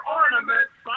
ornaments